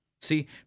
See